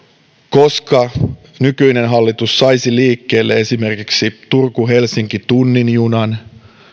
koska nykyinen hallitus saisi liikkeelle esimerkiksi turku helsinki tunnin junan